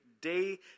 day